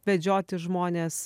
vedžioti žmones